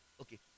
Okay